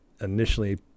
initially